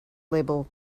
label